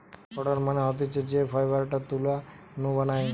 cotton মানে হতিছে যেই ফাইবারটা তুলা নু বানায়